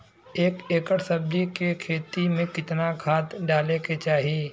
एक एकड़ सब्जी के खेती में कितना खाद डाले के चाही?